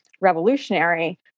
revolutionary